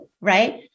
right